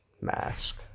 mask